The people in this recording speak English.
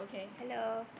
hello